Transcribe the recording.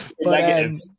negative